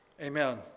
Amen